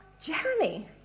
Jeremy